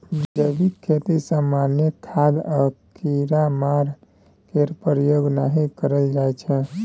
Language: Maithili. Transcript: जैबिक खेती रासायनिक खाद आ कीड़ामार केर प्रयोग नहि कएल जाइ छै